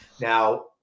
Now